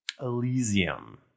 elysium